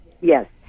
Yes